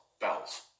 Bells